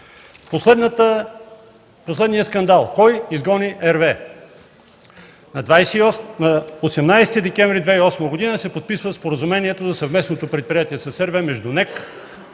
Последният скандал: кой изгони RWE? На 18 декември 2008 г. се подписва споразумението на съвместното предприятие с RWE, между НЕК и